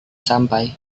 sampai